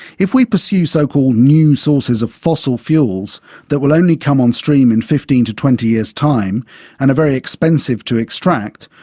if we pursue so-called new sources of fossil fuels that will only come on stream in fifteen to twenty years' time and are very expensive to extract,